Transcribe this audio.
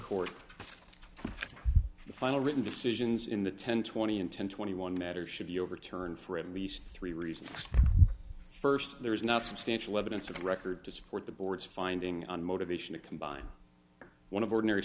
corps the final written decisions in the ten twenty and ten twenty one matter should be overturned for at least three reasons first there is not substantial evidence for the record to support the board's finding and motivation to combine one of ordinary